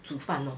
煮饭 orh